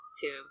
two